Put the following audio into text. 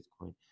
Bitcoin